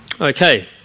Okay